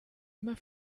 immer